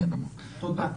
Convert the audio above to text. תודה.